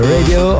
Radio